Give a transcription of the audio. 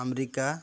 America